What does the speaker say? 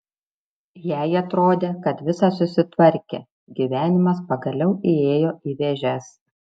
jai atrodė kad visa susitvarkė gyvenimas pagaliau įėjo į vėžes